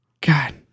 god